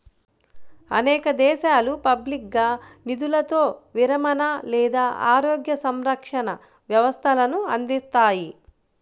అనేక దేశాలు పబ్లిక్గా నిధులతో విరమణ లేదా ఆరోగ్య సంరక్షణ వ్యవస్థలను అందిస్తాయి